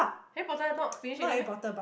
Harry-Potter not finish already meh